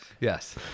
Yes